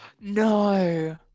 No